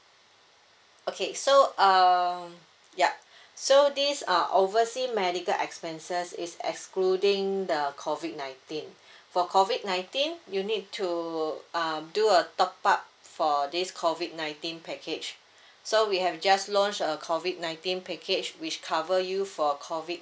okay so um yup so this uh oversea medical expenses is excluding the COVID nineteen for COVID nineteen you need to um do a top up for this COVID nineteen package so we have just launch a COVID nineteen package which cover you for COVID